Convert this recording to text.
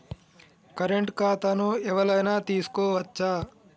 Current ఖాతాను ఎవలైనా తీసుకోవచ్చా?